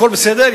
הכול בסדר,